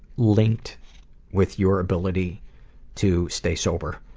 linked with your ability to stay sober.